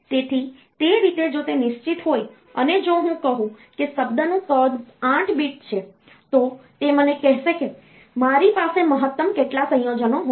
તેથી તે રીતે જો તે નિશ્ચિત હોય અને જો હું કહું કે શબ્દનું કદ 8 બીટ છે તો તે મને કહેશે કે મારી પાસે મહત્તમ કેટલા સંયોજનો હોય છે